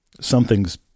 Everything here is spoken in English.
Something's